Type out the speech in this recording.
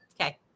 Okay